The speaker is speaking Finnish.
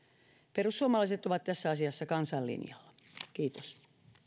perussuomalaiset ovat tässä asiassa kansan linjalla kiitos